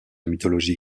mythologie